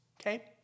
okay